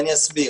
ואני אסביר.